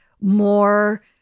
more